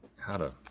how to.